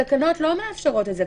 התקנות לא מאפשרות את זה.